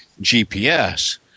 GPS